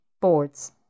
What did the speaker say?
Boards